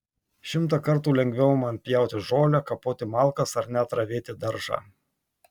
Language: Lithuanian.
šimtą kartų lengviau man pjauti žolę kapoti malkas ar net ravėti daržą